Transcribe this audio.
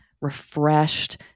refreshed